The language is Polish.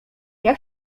jak